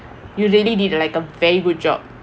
you really did like a very good job